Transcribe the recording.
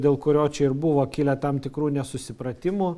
dėl kurio čia ir buvo kilę tam tikrų nesusipratimų